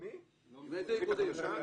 עם איזה איגודים?